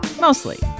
Mostly